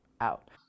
out